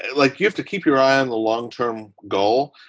like, you have to keep your eye on the long term goal,